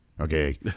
Okay